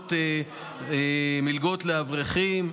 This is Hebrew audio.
המלגות לאברכים.